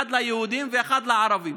אחד ליהודים ואחד לערבים.